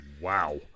Wow